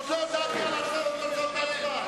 עוד לא הודעתי על תוצאות ההצבעה.